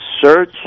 search